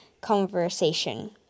conversation